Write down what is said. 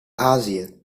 azië